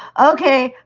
okay.